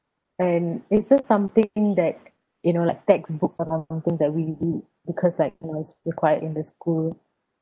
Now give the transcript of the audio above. and you said something that you know like textbooks or something that we do because like it was required in the school